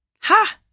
Ha